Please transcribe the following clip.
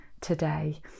today